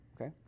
okay